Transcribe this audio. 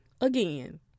again